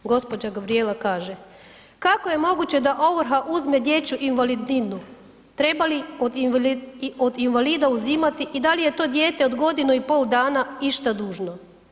Gđa. Gabrijela kaže, kako je moguće da ovrha uzme dječju invalidninu, treba li od invalida uzimati i da li je to dijete od godinu i pol dana išta dužno?